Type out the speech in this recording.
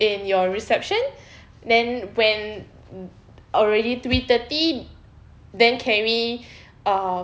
in your reception then when already three thirty then can we uh